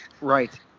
Right